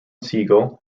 segal